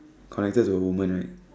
connected to the women right